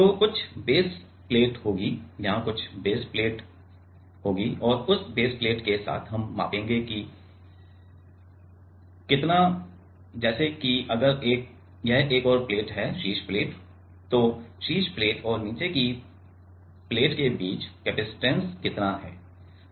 तो कुछ बेसप्लेट होगी यहां कुछ बेसप्लेट होगी और उस बेसप्लेट के साथ हम मापेंगे कि कितना हैं जैसे कि अगर यह एक और प्लेट है शीर्ष प्लेट तो शीर्ष प्लेट और निचली प्लेट के बीच कैप्सिटंस कितना है